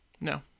No